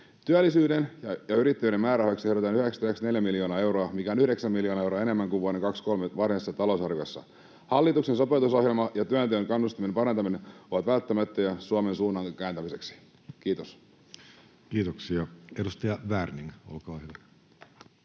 Työllisyyden ja yrittäjyyden määrärahoiksi ehdotetaan 994 miljoonaa euroa, mikä on 9 000 000 euroa enemmän kuin vuoden 23 varsinaisessa talousarviossa. Hallituksen sopeutusohjelma ja työnteon kannustimien parantaminen ovat välttämättömiä Suomen suunnan kääntämiseksi. — Kiitos. [Speech 449] Speaker: